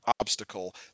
obstacle